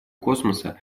космоса